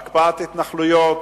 הקפאת התנחלויות,